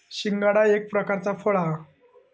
शिंगाडा एक प्रकारचा फळ हा